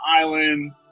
island